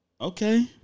Okay